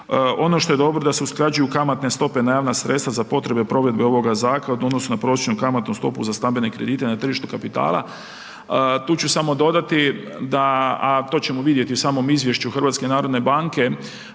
Ono što je dobro da se usklađuju kamatne stope na javna sredstva za potrebe provedbe ovoga zakona u odnosu na prosječnu kamatnu stopu za stambene kredite na tržištu kapitala. Tu ću samo dodati da, a to ćemo vidjeti u samom izvješću HNB-a, da su kamatne